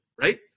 right